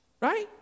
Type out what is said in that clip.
Right